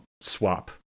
swap